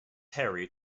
harry